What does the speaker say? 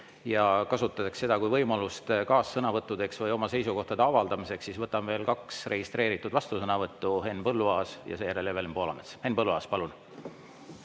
ja kasutatakse seda kui võimalust kaassõnavõttudeks või oma seisukohtade avaldamiseks, siis võtame veel kaks registreeritud vastusõnavõttu: Henn Põlluaas ja seejärel Evelin Poolamets. Henn Põlluaas, palun!